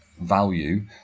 value